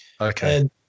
okay